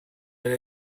elle